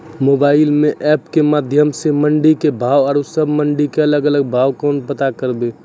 Mobile म app के माध्यम सऽ मंडी के भाव औरो सब मंडी के अलग अलग भाव केना पता करबै?